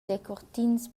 decurtins